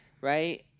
right